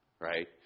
right